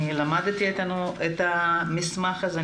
אני למדתי את המסמך הזה,